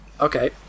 Okay